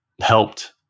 helped